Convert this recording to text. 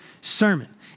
sermon